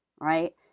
right